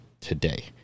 today